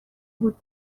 بود